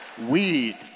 Weed